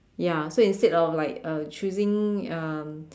ya so instead of like uh choosing um